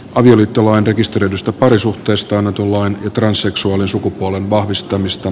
avioliittolain rekisteröidystä parisuhteestana tuolloin transseksuaali sukupuolen vahvistumista